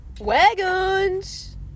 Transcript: wagons